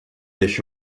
еще